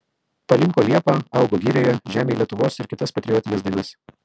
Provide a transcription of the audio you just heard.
palinko liepa augo girioje žemėj lietuvos ir kitas patriotines dainas